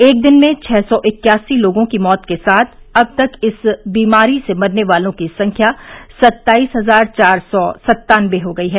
एक दिन में छः सौ इक्यासी लोगों की मौत के साथ अब तक इस महामारी से मरने वालों की संख्या सत्ताईस हजार चार सौ सत्तानबे हो गई है